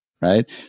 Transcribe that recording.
right